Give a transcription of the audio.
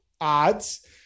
odds